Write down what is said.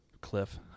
Cliff